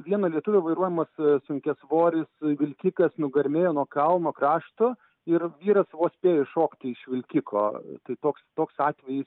vieno lietuvio vairuojamas sunkiasvoris vilkikas nugarmėjo nuo kalno krašto ir vyras vos spėjo iššokti iš vilkiko tai toks toks atvejis